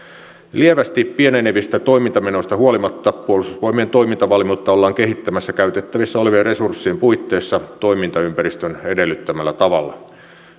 lievästi pienenevistä toimintamenoista huolimatta puolustusvoimien toimintavalmiutta ollaan kehittämässä käytettävissä olevien resurssien puitteissa toimintaympäristön edellyttämällä tavalla